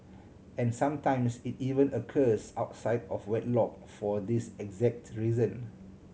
and sometimes it even occurs outside of wedlock for this exact reason